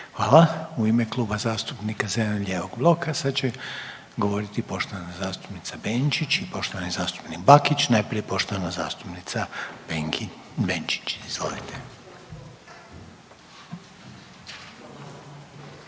Hvala. U ime Kluba zastupnika zeleno-lijevog bloka sad će govoriti poštovana zastupnica Benčić i poštovani zastupnik Bakić. Najprije poštovana zastupnica Benčić, izvolite.